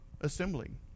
assembling